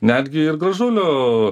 netgi ir gražulio